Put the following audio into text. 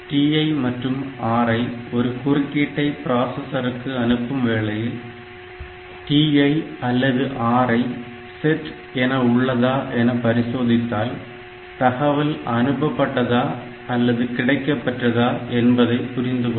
TI மற்றும் RI ஒரு குறுக்கீட்டை பிராசஸர்க்கு அனுப்பும் வேளையில் TI அல்லது RI செட் என உள்ளதா என பரிசோதித்தால் தகவல் அனுப்பப்பட்டதா அல்லது கிடைக்கப்பெற்றதா என்பதை புரிந்து கொள்ளலாம்